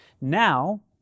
Now